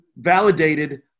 validated